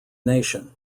nation